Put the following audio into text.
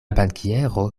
bankiero